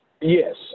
yes